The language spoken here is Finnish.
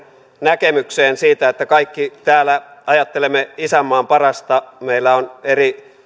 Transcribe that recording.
näkemykseen siitä että kaikki täällä ajattelemme isänmaan parasta meillä on eri